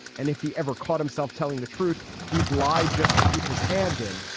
and if he ever caught himself telling the truth he'd lie just to keep his hand in.